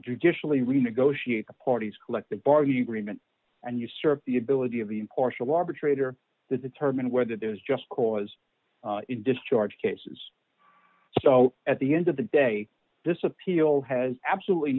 judicially renegotiate the parties collective bargaining agreement and usurp the ability of the impartial arbitrator to determine whether there's just cause in discharge cases so at the end of the day this appeal has absolutely